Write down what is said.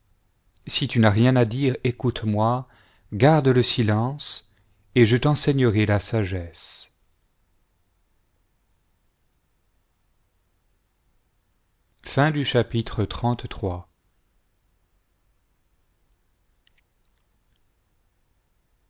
si tu n'as rien à dire écoute-moi garde le silence et je t'enseignerai la sagesse chapitre